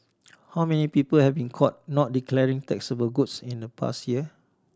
how many people have been caught not declaring taxable goods in the past year